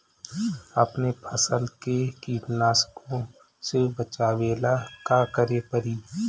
अपने फसल के कीटनाशको से बचावेला का करे परी?